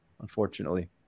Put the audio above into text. unfortunately